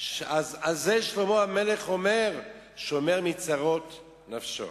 על זה שלמה המלך אומר "שומר מצרות נפשו".